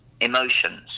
emotions